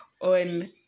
on